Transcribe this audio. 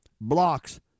blocks